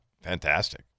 fantastic